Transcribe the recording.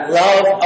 love